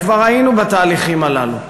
וכבר היינו בתהליכים הללו,